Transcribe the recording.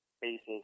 basis